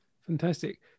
Fantastic